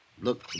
Look